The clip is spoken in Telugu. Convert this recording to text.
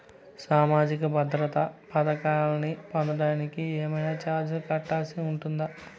సామాజిక భద్రత పథకాన్ని పొందడానికి ఏవైనా చార్జీలు కట్టాల్సి ఉంటుందా?